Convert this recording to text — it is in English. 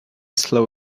slow